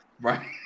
right